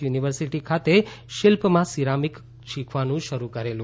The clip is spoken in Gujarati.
યુનિવર્સિટી ખાતે શિલ્પમાં સિરામીક શીખવવાનું શરૂ કરેલું